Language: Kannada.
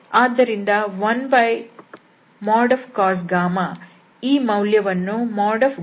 ಆದ್ದರಿಂದ 1cos ಈ ಮೌಲ್ಯವನ್ನು |∇f|∇f